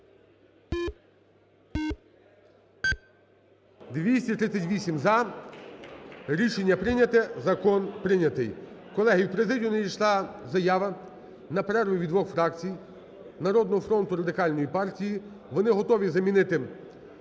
За-238 Рішення прийняте. Закон прийнятий. Колеги, в президію надійшла заява на перерву від двох фракцій: "Народного фронту" і Радикальної партії. Вони готові замінити перерву на